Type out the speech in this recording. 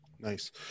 Nice